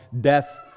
death